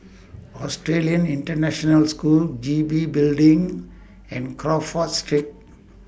Australian International School G B Building and Crawford Street